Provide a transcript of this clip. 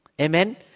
Amen